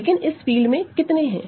लेकिन इस फील्ड में कितने हैं